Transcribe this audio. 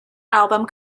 album